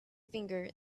finger